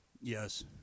Yes